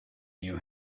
knew